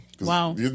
Wow